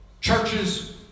Churches